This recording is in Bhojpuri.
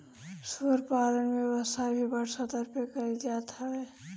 सूअर पालन के व्यवसाय भी बड़ स्तर पे कईल जात हवे